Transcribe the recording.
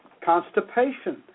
constipation